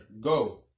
Go